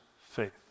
faith